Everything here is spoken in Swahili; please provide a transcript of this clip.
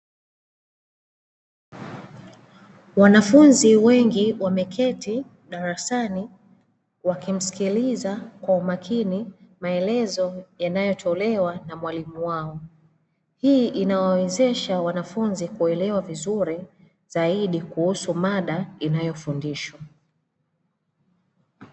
Wanafunzi wengi wameketi darasani, wakimsikiliza kwa umakini maelezo yanayotolewa na mwalimu wao. Hii inawawezesha wanafunzi kuelewa vizuri zaidi kuhusu mada inayofundishwa.